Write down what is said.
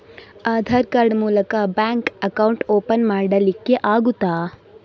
Aadhaar card ಮೂಲಕ bank account open ಮಾಡಲಿಕ್ಕೆ ಆಗುತಾ?